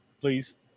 please